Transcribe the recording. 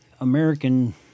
American